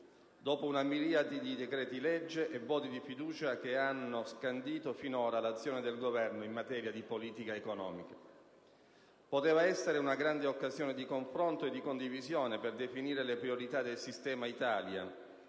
dopo una miriade di decreti-legge e di voti di fiducia che hanno scandito finora l'azione del Governo in materia di politica economica. Poteva essere una grande occasione di confronto e di condivisione per definire le priorità del sistema Italia,